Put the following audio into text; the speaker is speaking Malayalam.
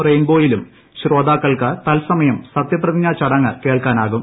റെയിൻബോയിലും ശ്രോതാക്കൾക്ക് തൽസമയം സത്യപ്രതിജ്ഞാ ചടങ്ങ് കേൾക്കാനാകും